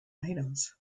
items